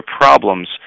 problems